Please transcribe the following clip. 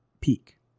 peak